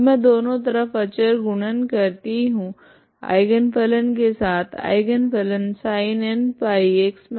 अब मैं दोनों तरफ अचर गुणन करती हूँ आइगन फलन के साथ आइगन फलन sinnπx−ab−a है